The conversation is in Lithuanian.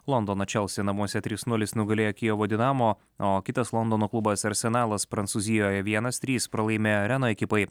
londono čelsi namuose trys nulis nugalėjo kijevo dinamo o kitas londono klubas arsenalas prancūzijoje vienas trys pralaimėjo reno ekipai